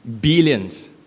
billions